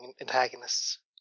antagonists